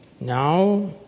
Now